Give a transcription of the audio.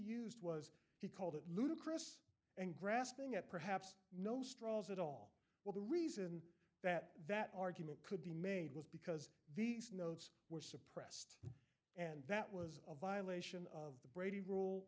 used was he called it ludicrous and grasping at perhaps no straws at all well the reason that that argument could be made was because these notes were and that was a violation of the brady rule